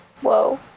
Whoa